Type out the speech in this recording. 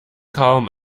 calm